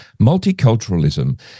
Multiculturalism